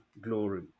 glory